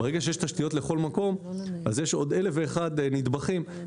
ברגע שיש תשתיות לכל מקום, יש עוד נדבכים רבים.